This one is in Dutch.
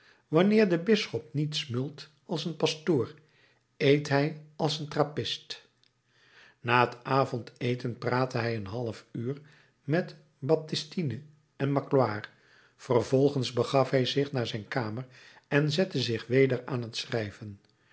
wanneer de bisschop niet smult als een pastoor eet hij als een trappist na het avondeten praatte hij een half uur met baptistine en magloire vervolgens begaf hij zich naar zijn kamer en zette zich weder aan t schrijven